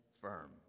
firm